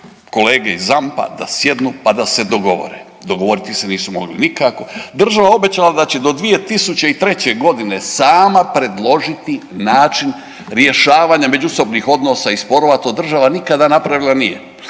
kolege iz ZAMP-a da se sjednu pa da se dogovore. Dogovoriti se nisu mogli nikako, država obećala da će do 2003.g. sama predložiti način rješavanja međusobnih odnosa i sporova, to država nikada napravila nije.